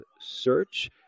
search